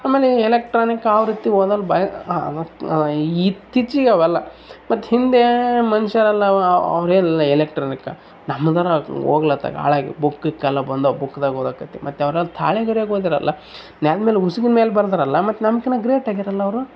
ಆಮೇಲೆ ಈ ಎಲೆಕ್ಟ್ರಾನಿಕ್ ಆವೃತ್ತಿ ಓದಲ್ಲ ಬಾಯಾಗ್ ಇತ್ತೀಚಿಗೆ ಅವೆಲ್ಲ ಮತ್ತು ಹಿಂದೇ ಮನುಷ್ಯರಲ್ಲ ಅವ್ರು ಏನಿಲ್ಲ ಎಲೆಕ್ಟ್ರಾನಿಕ ನಮ್ಮದರ ಹೋಗ್ಲತ್ತಾಗೆ ಹಾಳಾಗಿ ಬುಕ್ ಗಿಕ್ ಎಲ್ಲ ಬಂದಾವ ಬುಕ್ದಾಗ ಓದಾಕತ್ತಿ ಮತ್ತು ಅವ್ರಲ್ಲಿ ತಾಳೆ ಗರಿಯಾಗೆ ಓದಿದ್ರಲ್ಲ ನೆಲ್ದ ಮೇಲೆ ಉಸ್ಕಿನ ಮೇಲೆ ಬರೆದ್ರಲ್ಲ ಮತ್ತು ನಮ್ಗಿನ್ನ ಗ್ರೇಟ್ ಆಗಿದಾರಲ್ಲ ಅವರು